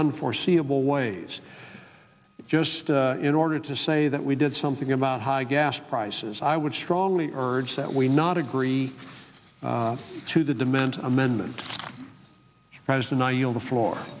unforeseeable ways just in order to say that we did something about high gas prices i would strongly urge that we not agree to the demand amendment as the